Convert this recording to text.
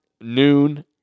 noon